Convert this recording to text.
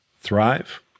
thrive